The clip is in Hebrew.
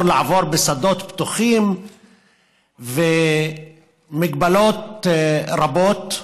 לעבור בשדות פתוחים והיו מגבלות רבות.